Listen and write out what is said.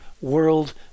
world